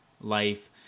life